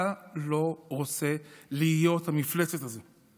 אתה לא רוצה להיות המפלצת הזו.